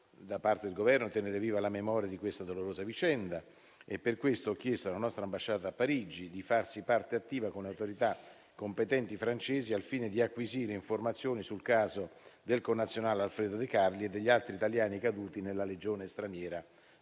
da parte del Governo tenere viva la memoria di questa dolorosa vicenda e per questo ho chiesto alla nostra ambasciata a Parigi di farsi parte attiva con le autorità competenti francesi al fine di acquisire informazioni sul caso del connazionale Alfredo Decarli e degli altri italiani caduti nella legione straniera